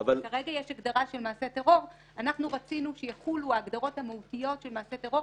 ההערכה שלנו היא שהחריגות של הסיטואציה היא ברורה.